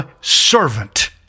servant